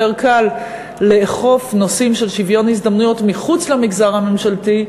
קל לאכוף נושאים של שוויון הזדמנויות מחוץ למגזר הממשלתי,